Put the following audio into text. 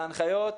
להנחיות,